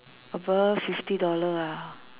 above fifty dollar ah